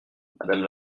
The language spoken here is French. madame